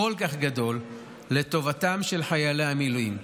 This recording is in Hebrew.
כל כך גדול, לטובתם של חיילי המילואים.